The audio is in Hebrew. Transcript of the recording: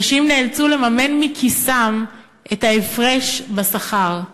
אנשים נאלצו לממן מכיסם את ההפרש בשכר.